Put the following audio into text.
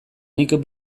nik